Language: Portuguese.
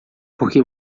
porque